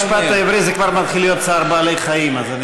בסדר, אז אני